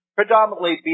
predominantly